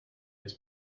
his